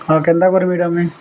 ହଁ କେନ୍ତା କରିବି ଏଟା ମୁଇଁ